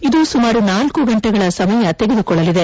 ಇದು ಸುಮಾರು ನಾಲ್ಲು ಗಂಟೆಗಳ ಸಮಯ ತೆಗೆದುಕೊಳ್ಳಲಿದೆ